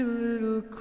little